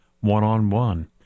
one-on-one